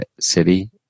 city